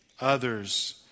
others